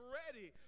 ready